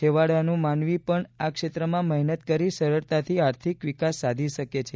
છેવાડાનો માનવી પણ આ ક્ષેત્રમાં મહેનત કરી સરળતાથી આર્થિક વિકાસ સાધી શકે છે